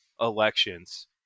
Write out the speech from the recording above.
elections